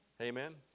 Amen